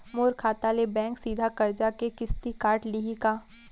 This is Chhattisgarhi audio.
मोर खाता ले बैंक सीधा करजा के किस्ती काट लिही का?